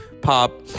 pop